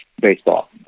Baseball